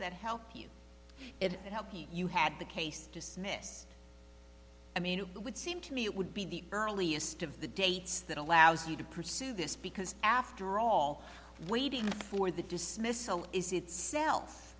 that help you if it helps you had the case dismissed i mean it would seem to me it would be the earliest of the dates that allows you to pursue this because after all waiting for the dismissal is itsel